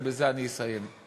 ובזה אני אסיים,